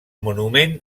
monument